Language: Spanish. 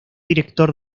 director